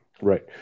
Right